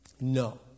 no